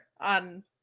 on